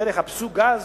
אשר יחפשו גז,